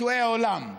שועי עולם.